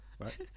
right